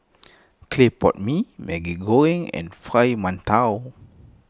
Clay Pot Mee Maggi Goreng and Fried Mantou